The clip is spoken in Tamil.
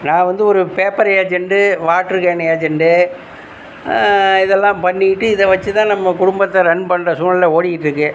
நான் வந்து ஒரு பேப்பர் ஏஜென்ட் வாட்ருக்கேன் ஏஜென்ட் இதெல்லாம் பண்ணிக்கிட்டு இதை வச்சு தான் நம்ம குடும்பத்தை ரன் பண்ற சூழ்நிலை ஓடிக்கிட்டுருக்கு